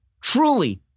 truly